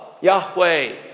Yahweh